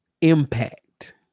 Impact